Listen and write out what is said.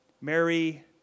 Mary